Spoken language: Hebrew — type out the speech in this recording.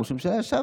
וראש הממשלה ישב